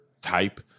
type